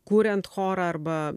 kuriant chorą arba